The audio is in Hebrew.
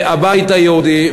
הבית היהודי,